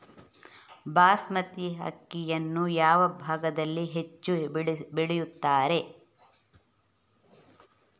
ಬಾಸ್ಮತಿ ಅಕ್ಕಿಯನ್ನು ಯಾವ ಭಾಗದಲ್ಲಿ ಹೆಚ್ಚು ಬೆಳೆಯುತ್ತಾರೆ?